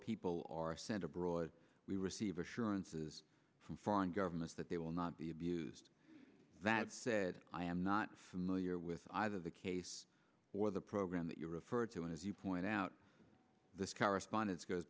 people are sent abroad we receive assurances from foreign governments that they will not be abused that said i am not familiar with either the case or the program that you referred to as you point out this correspondence goes